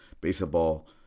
Baseball